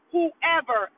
whoever